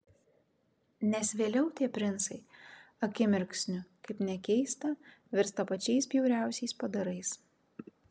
nes vėliau tie princai akimirksniu kaip nekeista virsta pačiais bjauriausiais padarais